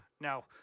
Now